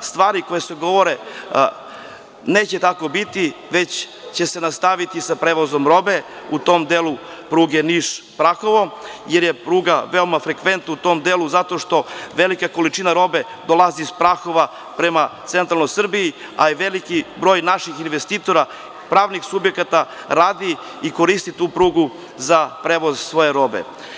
stvari koje se govore, neće tako biti, već će se nastaviti sa prevozom robe u tom delu pruge Niš-Prahovo, jer je pruga veoma frekventna u tom delu zato što velika količina dolazi iz Prahova prema centralnoj Srbiji, a i veliki broj naših investitora, pravnih subjekata, radi i koristi tu prugu za prevoz svoje robe.